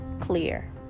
clear